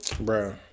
Bro